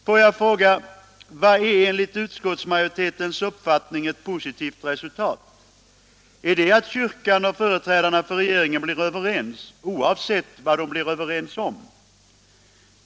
Får jag fråga: Vad är enligt utskottsmajoritetens uppfattning ett positivt resultat? Är det att kyrkan och företrädarna för regeringen blir överens, oavsett vad de blir överens om?